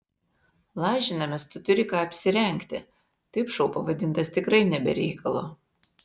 lažinamės tu turi ką apsirengti taip šou pavadintas tikrai ne be reikalo